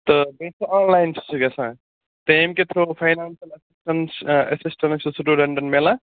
تہٕ بیٚیہِ چھِ آنلاین چھِ سُہ گژھان تہٕ ییٚمکہِ تھرٛوٗ فاینانشَل ایٚسِسٹَیٚنٕس ایٚسِسٹیٚنٕس چھِ سٹوٗڈَنٛٹَن میلان